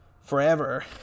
forever